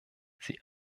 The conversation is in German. sie